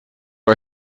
are